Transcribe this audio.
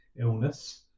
illness